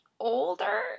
older